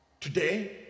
Today